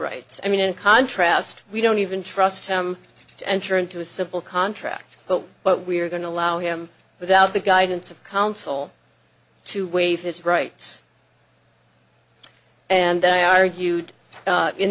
rights i mean in contrast we don't even trust him to enter into a simple contract but what we are going to allow him without the guidance of counsel to waive his rights and i argued